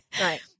Right